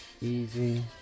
easy